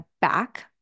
back